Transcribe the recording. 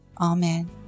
Amen